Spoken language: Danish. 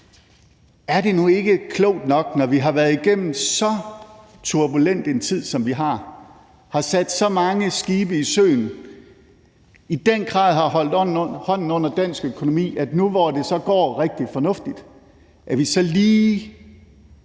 Er det nu ikke klogt nok, når vi har været igennem en så turbulent tid, som vi har, har sat så mange skibe i søen og i den grad har holdt hånden under dansk økonomi, at vi nu, hvor det så går rigtig fornuftigt, lige